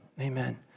amen